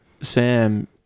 Sam